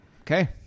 Okay